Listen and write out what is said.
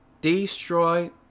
destroy